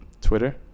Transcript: Twitter